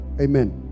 Amen